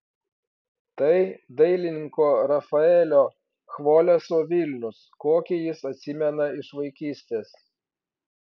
tai dailininko rafaelio chvoleso vilnius kokį jis atsimena iš vaikystės